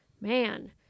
Man